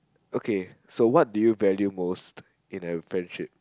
okay so what do you value most in a friendship